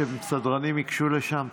בבקשה שסדרנים ייגשו לשם.